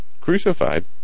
crucified